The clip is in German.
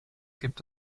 gibt